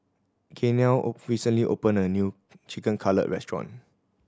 Gaynell recently opened a new Chicken Cutlet Restaurant